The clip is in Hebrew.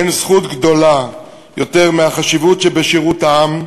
אין זכות גדולה יותר משירות העם.